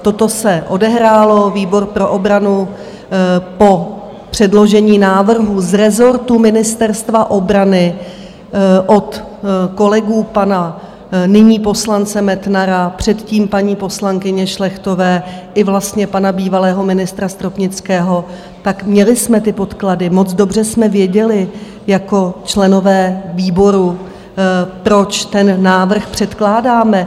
Toto se odehrálo, výbor pro obranu po předložení návrhu z rezortu Ministerstva obrany od kolegů pana nyní poslance Metnara, předtím paní poslankyně Šlechtové i vlastně pana bývalého ministra Stropnického, tak měli jsme ty podklady, moc dobře jsme věděli jako členové výboru, proč ten návrh předkládáme.